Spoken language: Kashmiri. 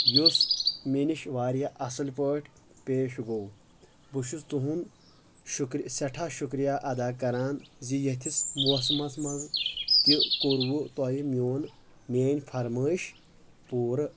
یُس مےٚ نِش واریاہ اصٕلۍ پٲٹھۍ پیش گوٚو بہٕ چھُس تہنٛد شُکر سٮ۪ٹھاہ شُکریہ ادا کران زِ یتھِس موسمس منٛز تہِ کوٚروُ تۄہہِ میون میٲنۍ فرمٲیِش پوٗرٕ